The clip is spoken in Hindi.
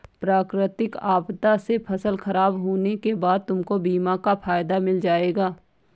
प्राकृतिक आपदा से फसल खराब होने के बाद तुमको बीमा का फायदा मिल जाएगा